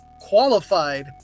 qualified